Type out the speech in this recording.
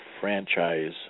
franchise